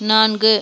நான்கு